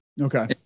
Okay